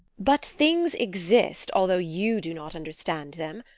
but things exist although you do not understand them.